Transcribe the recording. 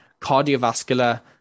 cardiovascular